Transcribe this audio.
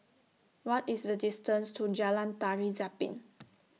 What IS The distance to Jalan Tari Zapin